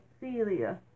Celia